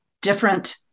different